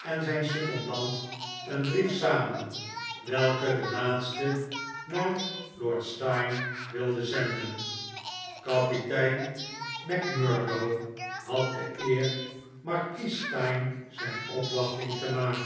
en zijn secondant een brief samen welken de laatste naar lord steyne wilde zenden kapitein macmurdo had de eer markies steyne zijn opwachting te maken